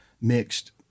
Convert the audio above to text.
mixed